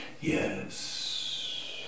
Yes